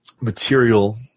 material